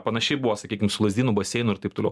panašiai buvo sakykim su lazdynų baseinu ir taip toliau